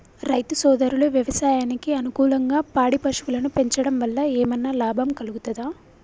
రైతు సోదరులు వ్యవసాయానికి అనుకూలంగా పాడి పశువులను పెంచడం వల్ల ఏమన్నా లాభం కలుగుతదా?